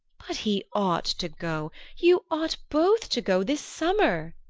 but he ought to go you ought both to go this summer!